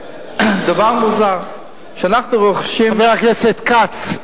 דבר מוזר, חבר הכנסת כץ,